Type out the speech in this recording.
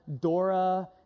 Dora